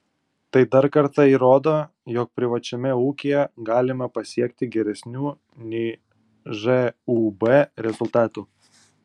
tai dar kartą įrodo jog privačiame ūkyje galima pasiekti geresnių nei žūb rezultatų